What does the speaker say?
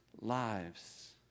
lives